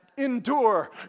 endure